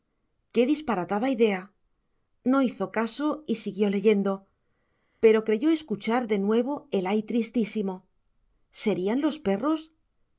qué disparatada idea no hizo caso y siguió leyendo pero creyó escuchar de nuevo el ay tristísimo serían los perros